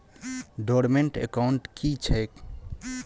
Dormant account की छैक?